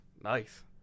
nice